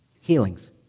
healings